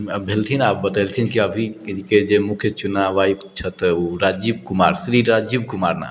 भेलथिन आ बतेलथिन कि अभीके जे मुख्य चुनाव आयुक्त छथि ओ राजीव कुमार श्री राजीव कुमार नाम है